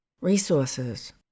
resources